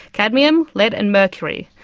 cadmium, lead and mercury,